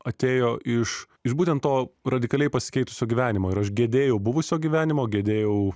atėjo iš iš būtent to radikaliai pasikeitusio gyvenimo ir aš gedėjau buvusio gyvenimo gedėjau